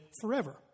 forever